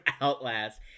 outlast